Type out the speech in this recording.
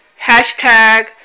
hashtag